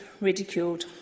ridiculed